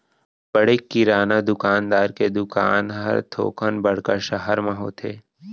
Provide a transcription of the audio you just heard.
बड़े किराना दुकानदार के दुकान हर थोकन बड़का सहर म होथे